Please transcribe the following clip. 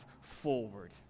forward